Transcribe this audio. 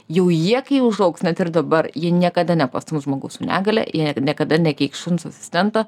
jau jie kai užaugs net ir dabar jie niekada nepastums žmogaus su negalia jei niekada nekeiks šuns asistento